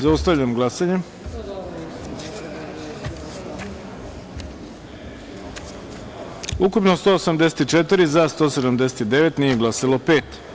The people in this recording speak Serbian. Zaustavljam glasanje: ukupno - 184, za - 179, nije glasalo - pet.